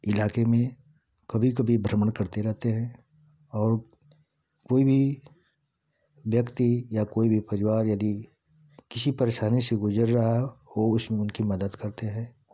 इलाक़े में कभी कभी भ्रमण करते रहते हैं और कोई भी व्यक्ति या कोई भी परिवार यदि किसी परेशानी से गुज़र रहा हो उसमें उनकी मदद करते हैं